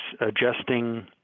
adjusting